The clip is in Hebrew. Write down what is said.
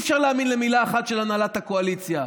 אי-אפשר להאמין למילה אחת של הנהלת הקואליציה,